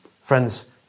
Friends